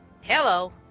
Hello